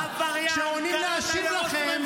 כשעולים להשיב לכם,